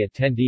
attendees